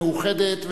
המאוחדת,